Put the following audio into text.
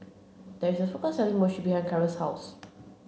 there is a food court selling Mochi behind Carrol's house